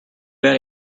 bad